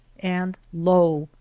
and lo!